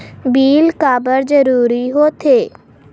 Bill काबर जरूरी होथे?